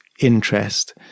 interest